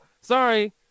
sorry